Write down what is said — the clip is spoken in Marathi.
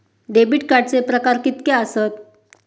डेबिट कार्डचे प्रकार कीतके आसत?